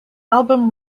album